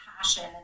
passion